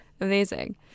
amazing